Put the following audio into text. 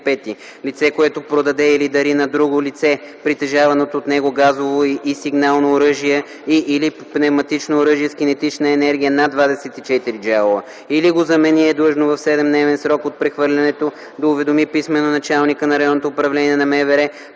Лице, което продаде или дари на друго лице притежаваното от него газово и сигнално оръжие и/или пневматично оръдие с кинетична енергия над 24 джаула, или го замени, е длъжно в 7-дневен срок от прехвърлянето да уведоми писмено началника на районното управление на МВР